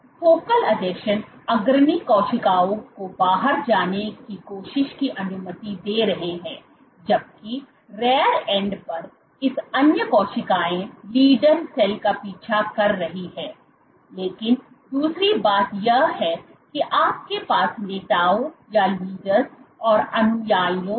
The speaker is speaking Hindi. तो फोकल आसंजन अग्रणी कोशिकाओं को बाहर जाने की कोशिश की अनुमति दे रहे हैं जबकि रियर एंड पर इन अन्य कोशिकाओं लीडर सेल का पीछा कर रही हैं लेकिन दूसरी बात यह है कि आपके पास नेताओं और अनुयायियों है